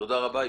תודה רבה.